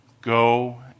go